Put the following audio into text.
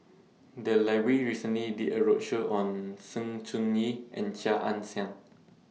The Library recently did A roadshow on Sng Choon Yee and Chia Ann Siang